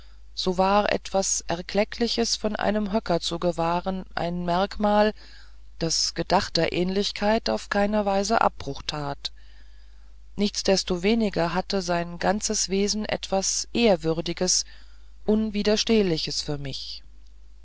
so war etwas erkleckliches von einem höcker zu gewahren ein merkmal das gedachter ähnlichkeit auf keine weise abbruch tat nichtsdestoweniger hatte sein ganzes wesen etwas ehrwürdiges unwiderstehliches für mich